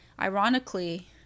ironically